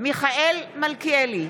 מיכאל מלכיאלי,